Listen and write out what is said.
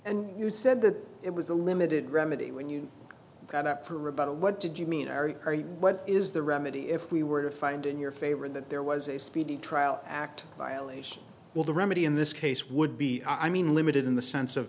and you said that it was a limited remedy when you got up for rebuttal what did you mean ari what is the remedy if we were to find in your favor that there was a speedy trial act violation well the remedy in this case would be i mean limited in the sense of